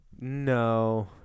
No